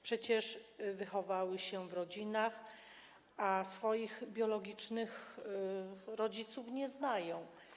Przecież wychowali się w rodzinach, a swoich biologicznych rodziców nie znają.